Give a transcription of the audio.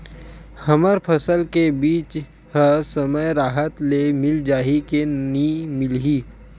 हमर फसल के बीज ह समय राहत ले मिल जाही के नी मिलही?